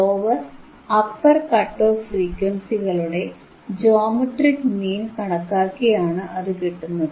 lower upper cut off ഫ്രീക്വൻസികളുടെ geometric mean കണക്കാക്കിയാണ് അതു കിട്ടുന്നത്